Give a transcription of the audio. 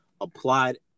applied